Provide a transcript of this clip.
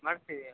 ಮಾಡ್ತೀವಿ